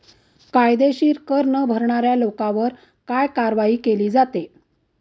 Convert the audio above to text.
कायदेशीर कर न भरणाऱ्या लोकांवर काय कारवाई केली जाते?